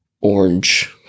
orange